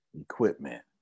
Equipment